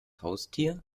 haustier